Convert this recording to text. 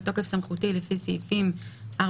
בתוקף סמכותי לפי סעיפים 4,